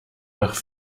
nach